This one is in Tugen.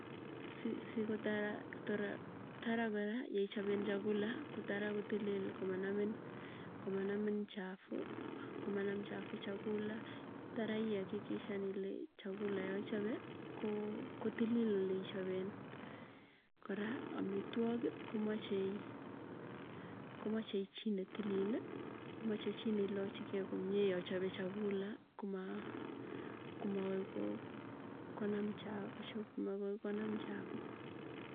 Si tara kora, yeichapen chakula, kotara kotilil komanamin. Komanamin chafuu, komanam chafu chakula, tara iakikishan ile chakula yoichope koo kotilil oleichapen, kora amitwooki komachei, komachei chii netilili. Moche chii neilachikei komie yochope chakula, kumaa kumagoi ko konam chapuuk.